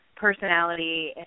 personality